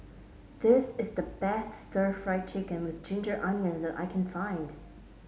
this is the best Stir Fried Chicken with Ginger Onions that I can find